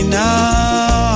now